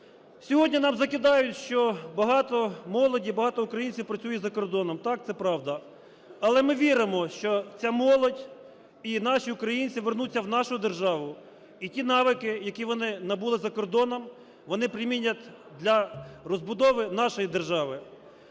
Сьогодні нам закидають, що багато молоді, багато українців працюють за кордоном. Так, це правда. Але ми віримо, що ця молодь і наші українці вернуться в нашу державу, і ті навики, які вони набули за кордоном, вони примінять для розбудови нашої держави.